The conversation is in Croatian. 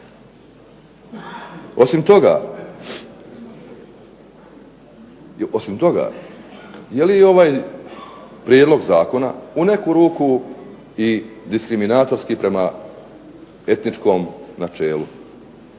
Osim toga, je li ovaj prijedlog zakona u neku ruku i diskriminatorski prema etničkom načelu?